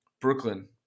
Brooklyn